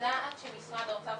יודעת שמשרד האוצר,